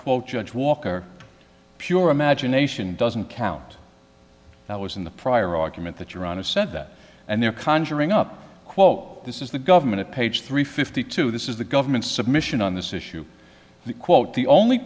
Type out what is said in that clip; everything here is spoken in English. quote judge walker pure imagination doesn't count that was in the prior argument that you're on a set that and they're conjuring up quote this is the government of page three fifty two this is the government's submission on this issue the quote the only